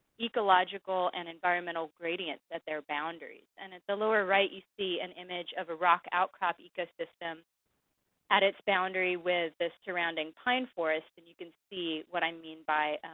ecological and environmental gradients at their boundaries. and at the lower right, you see an image of a rock outcrop ecosystem at its boundary with the surrounding pine forest. and you can see what i mean by